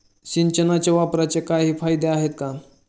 सिंचनाच्या वापराचे काही फायदे आहेत का?